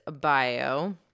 bio